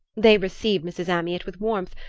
they received mrs. amyot with warmth,